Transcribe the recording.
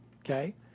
Okay